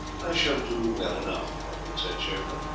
i shall do well enough, margaret said cheerfully,